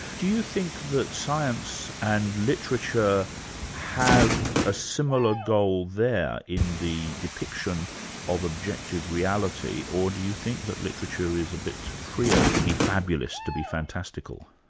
do you think that science and literature have a similar goal there in the depiction of objective reality, or do you think that literature is a bit freer to be fabulous, to be fantastical?